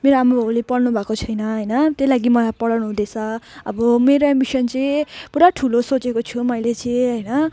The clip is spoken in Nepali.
मेरो आमाबाबुले पढ्नुभएको छैन होइन त्यही लागि मलाई पढाउनुहुँदैछ अब मेरो एम्बिसन चाहिँ पुरा ठुलो सोचेको छु मैले चाहिँ होइन